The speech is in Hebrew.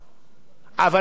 אבל יחד עם זאת,